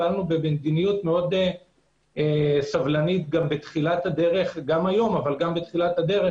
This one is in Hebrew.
גם פעלנו במדיניות מאוד סבלנית גם היום וגם בתחילת הדרך